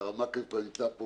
שהרב מקלב כבר נמצא פה